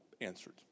answered